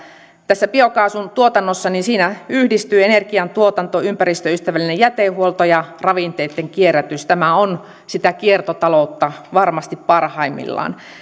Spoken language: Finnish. tässä biokaasun tuotannossa yhdistyy energian tuotanto ympäristöystävällinen jätehuolto ja ravinteitten kierrätys tämä on sitä kiertotaloutta varmasti parhaimmillaan